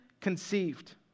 conceived